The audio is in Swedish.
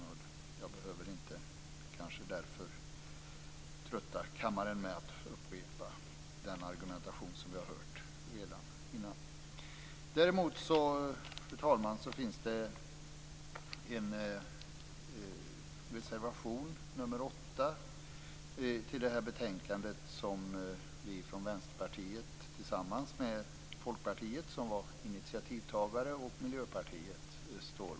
Därför behöver jag kanske inte trötta kammaren med att upprepa den argumentation som vi redan har hört. Däremot, fru talman, finns det en reservation, nr 8, som är fogad till det här betänkandet. Den står vi i Vänsterpartiet tillsammans med Folkpartiet, som var initiativtagare, och Miljöpartiet bakom.